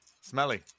Smelly